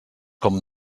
com